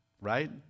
right